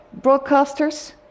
broadcasters